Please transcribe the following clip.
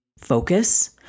focus